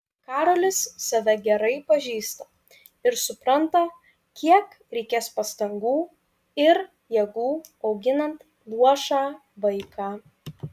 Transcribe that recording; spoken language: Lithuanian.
karolis save gerai pažįsta ir supranta kiek reikės pastangų ir jėgų auginant luošą vaiką